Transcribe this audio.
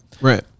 Right